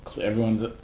everyone's